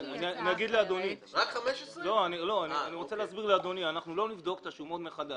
אנחנו לא נבדוק את השומות מחדש.